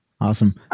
Awesome